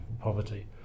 poverty